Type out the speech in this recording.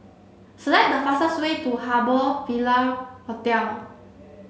select the fastest way to Harbour Ville Hotel